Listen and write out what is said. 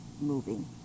moving